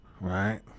right